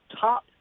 top